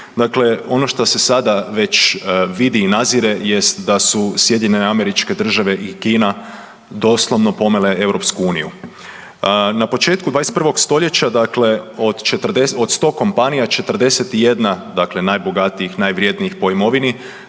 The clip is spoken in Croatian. dakle ono što se sada već vidi i nazire jest da su SAD i Kina doslovno pomele EU. Na početku 21. st. dakle od 100 kompanija, 41 dakle, najbogatijih, najvrjednijih po imovini,